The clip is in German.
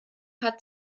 hat